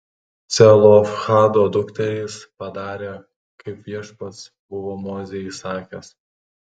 celofhado dukterys padarė kaip viešpats buvo mozei įsakęs